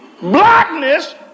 blackness